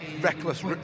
reckless